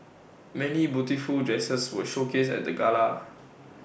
many beautiful dresses were showcased at the gala